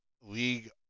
league